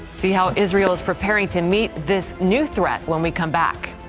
see how israel is preparing to meet this new threat, when we come back.